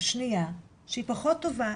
שנייה שהיא פחות טובה,